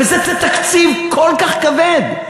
וזה תקציב כל כך כבד,